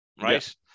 right